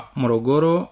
morogoro